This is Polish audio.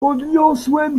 podniosłem